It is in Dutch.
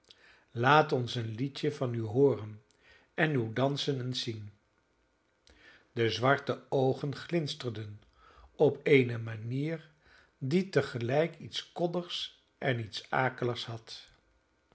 laat ons een liedje van u hooren en uw dansen eens zien de zwarte oogen glinsterden op eene manier die tegelijk iets koddigs en iets akeligs had